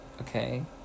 Okay